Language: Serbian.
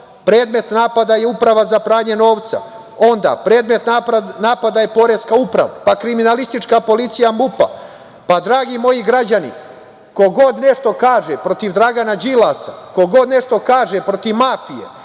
predmet napada je Uprava za pranje novca, onda predmet napada je Poreska uprava, pa kriminalistička policija MUP-a. Pa dragi moji građani, ko god nešto kaže protiv Dragana Đilasa, ko god nešto kaže protiv mafije,